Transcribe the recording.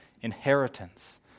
inheritance